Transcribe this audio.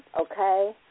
Okay